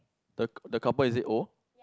the the couple is it old